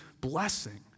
blessing